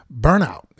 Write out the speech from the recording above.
burnout